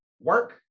work